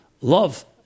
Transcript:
love